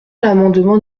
l’amendement